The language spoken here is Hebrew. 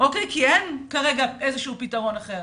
כי אין כרגע פתרון אחר.